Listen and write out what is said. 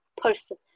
person